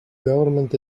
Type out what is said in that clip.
government